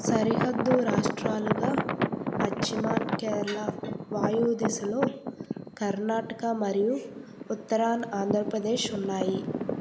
సరిహద్దు రాష్ట్రాలుగా పశ్చిమాన కేరళ వాయువ దిశలో కర్ణాటక మరియు ఉత్తరాన ఆంధ్రప్రదేశ్ ఉన్నాయి